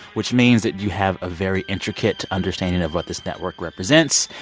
which means that you have a very intricate understanding of what this network represents.